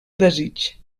desig